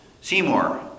Seymour